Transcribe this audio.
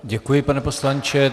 Děkuji, pane poslanče.